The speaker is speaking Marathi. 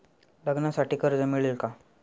लग्नासाठी कर्ज मिळेल का?